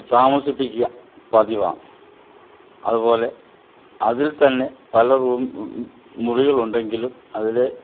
താമസിപ്പിക്കുക പതിവാണ് അതുപോലെ അതിൽ തന്നെ പല റൂം മുറികൾ ഉണ്ടെങ്കിലും അതില്